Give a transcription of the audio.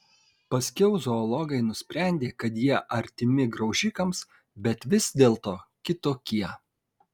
paskiau zoologai nusprendė kad jie artimi graužikams bet vis dėlto kitokie